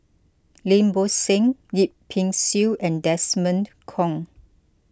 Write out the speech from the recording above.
Lim Bo Seng Yip Pin Xiu and Desmond Kon